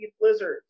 blizzards